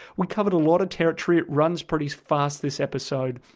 we covered a lot of territory. it runs pretty fast this episode.